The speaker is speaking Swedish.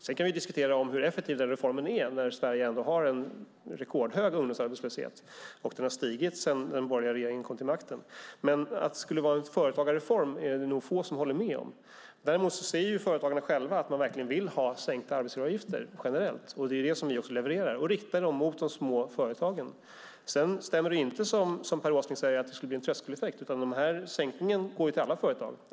Sedan kan vi diskutera hur effektiv den reformen är, när Sverige ändå har en rekordhög ungdomsarbetslöshet som har stigit sedan den borgerliga regeringen kom till makten. Men att det skulle vara en företagarreform är det nog få som håller med om. Däremot säger företagarna själva att de verkligen vill ha sänkta arbetsgivaravgifter generellt. Det är det som vi också levererar, riktat mot de små företagen. Det stämmer inte som Per Åsling säger att det skulle bli en tröskeleffekt. Sänkningen går till alla företag.